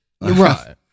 Right